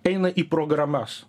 eina į programas